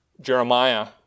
Jeremiah